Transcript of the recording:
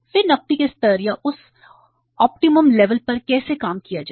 फिर नकदी के स्तर या उस ऑप्टिमम लेवल पर कैसे काम किया जाए